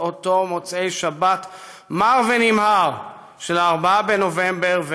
אותו מוצאי שבת מר ונמהר ב-4 בנובמבר,